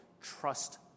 Trust